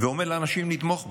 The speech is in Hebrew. ואומר לאנשים לתמוך בו,